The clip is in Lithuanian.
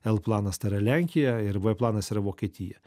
l planas tai yra lenkija ir v planas yra vokietija